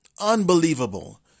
unbelievable